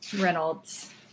Reynolds